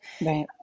Right